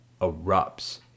erupts